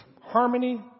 harmony